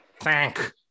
Thank